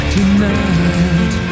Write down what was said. Tonight